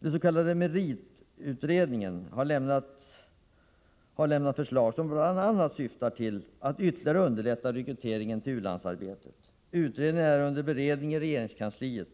Den s.k. meritutredningen har lämnat förslag som bl.a. syftar till att ytterligare underlätta rekryteringen av personal för u-landsarbete. Utredningen är under beredning i regeringskansliet.